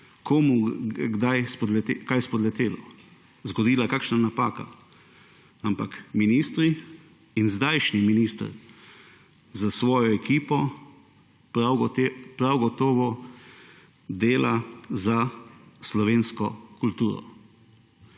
komu kdaj spodletelo, zgodila se je kakšna napaka, ampak ministri in zdajšnji minister s svojo ekipo prav gotovo dela za slovensko kulturo.